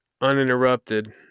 uninterrupted